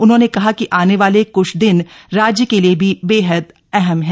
उन्होंने कहा कि आने वाले क्छ दिन राज्य के लिए भी बेहद अहम हैं